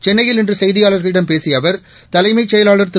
சென்னையில் இன்று செய்தியாளர்களிடம் பேசிய அவர் தலைமைச் செயலாளர் திரு